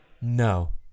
No